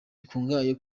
bikungahaye